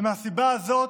מהסיבה הזאת,